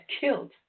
killed